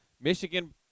Michigan